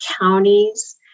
counties